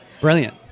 brilliant